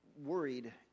worried